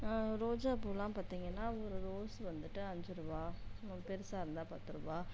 ரோஜாப்பூலாம் பார்த்தீங்கன்னா ஒரு ரோஸ் வந்துவிட்டு அஞ்சுரூபா பெருசாக இருந்தால் பத்துரூபா